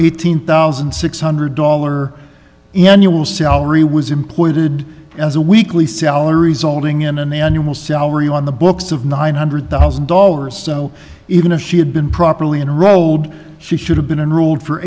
eighteen thousand six hundred dollars annual salary was employed did as a weekly salaries olding in an annual salary on the books of nine hundred thousand dollars so even if she had been properly enrolled she should have been ruled for